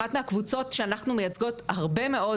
אחת מהקבוצות שאנחנו מייצגות הרבה מאוד,